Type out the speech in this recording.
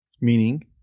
meaning